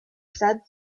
said